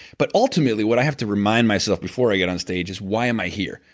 but ultimately what i have to remind myself, before i get on stage, is why am i here.